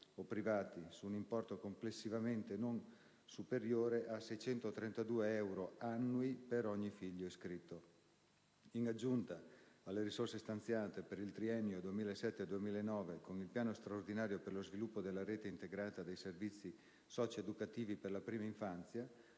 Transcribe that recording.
o privati, su un importo complessivamente non superiore a 632 euro annui per ogni figlio iscritto. In aggiunta alle risorse stanziate, per il triennio 2007-2009, con il Piano straordinario per lo sviluppo della rete integrata dei servizi socio-educativi per la prima infanzia